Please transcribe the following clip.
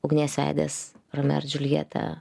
ugnės sedes romeo ir džiuljeta